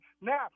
now